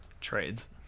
trades